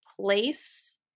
place